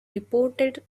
reported